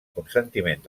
consentiment